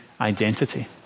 identity